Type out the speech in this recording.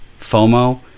FOMO